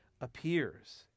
appears